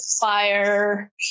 Fire